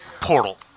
portal